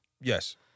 Yes